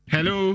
Hello